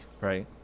Right